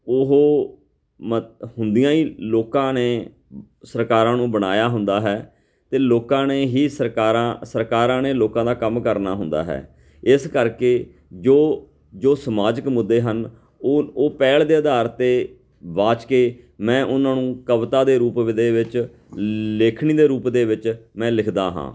ਉਹ ਮਤ ਹੁੰਦੀਆਂ ਹੀ ਲੋਕਾਂ ਨੇ ਸਰਕਾਰਾਂ ਨੂੰ ਬਣਾਇਆ ਹੁੰਦਾ ਹੈ ਅਤੇ ਲੋਕਾਂ ਨੇ ਹੀ ਸਰਕਾਰਾਂ ਸਰਕਾਰਾਂ ਨੇ ਲੋਕਾਂ ਦਾ ਕੰਮ ਕਰਨਾ ਹੁੰਦਾ ਹੈ ਇਸ ਕਰਕੇ ਜੋ ਜੋ ਸਮਾਜਿਕ ਮੁੱਦੇ ਹਨ ਉਹ ਉਹ ਪਹਿਲ ਦੇ ਅਧਾਰ 'ਤੇ ਵਾਚ ਕੇ ਮੈਂ ਉਹਨਾਂ ਨੂੰ ਕਵਿਤਾ ਦੇ ਰੂਪ ਵਿ ਦੇ ਵਿੱਚ ਲੇਖਣੀ ਦੇ ਰੂਪ ਦੇ ਵਿੱਚ ਮੈਂ ਲਿਖਦਾ ਹਾਂ